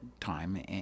time